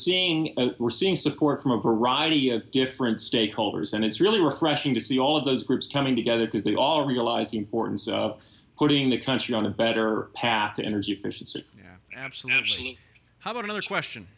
seeing we're seeing support from a variety of different stakeholders and it's really refreshing to see all of those groups coming together because they all realize the importance of putting the country on a better path to energy efficiency yeah absolutely how about another question